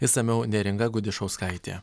išsamiau neringa gudišauskaitė